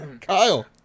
Kyle